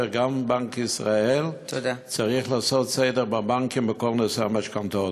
וגם בנק ישראל צריך לעשות סדר בבנקים בכל נושא המשכנתאות.